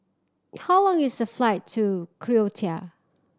how long is the flight to Croatia